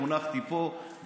חונכתי פה,